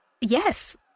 yes